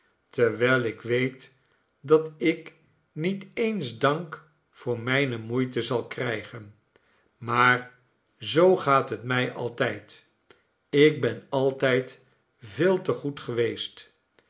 terwijl ik weet dat ik niet eens dank voor mijne moeite zal krijgen maar zoo gaat het mij altijd ik ben altijd veel te goed geweest